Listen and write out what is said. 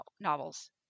novels